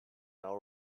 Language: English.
now